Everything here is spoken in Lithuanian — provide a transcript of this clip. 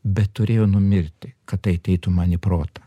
bet turėjo numirti kad ateitų man į protą